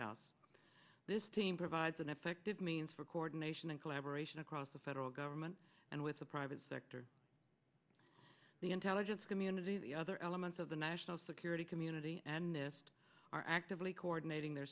house this team provides an effective means for coordination and collaboration across the federal government and with the private sector the intelligence community the other elements of the national security community and nist are actively coordinating their